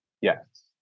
Yes